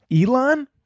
elon